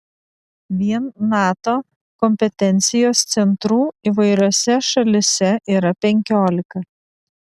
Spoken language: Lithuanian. vien nato kompetencijos centrų įvairiose šalyse yra penkiolika